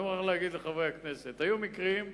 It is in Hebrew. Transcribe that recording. אני מוכרח להגיד לחברי הכנסת: היו מקרים,